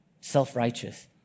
self-righteous